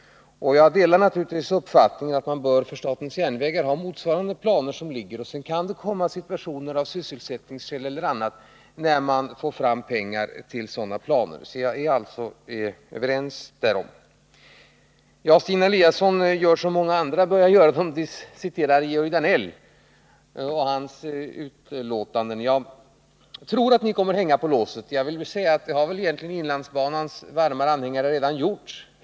Jag delar naturligtvis uppfattningen att man för statens järnvägar bör ha motsvarande planer fastlagda. Sedan kan det uppkomma situationer då man av sysselsättningsskäl eller av andra skäl får pengar till planerna. Stina Eliasson gör samma sak som många andra har börjat göra — citera Georg Danells uttalanden. Ni kommer säkerligen att hänga på låset hos kommunikationsdepartementet. Det har inlandsbanans varma anhängare redan gjort.